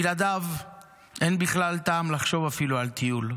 בלעדיו אין בכלל טעם לחשוב אפילו על טיול.